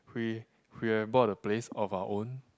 we we have bought a place of our own